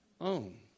own